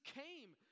came